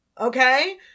Okay